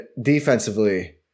defensively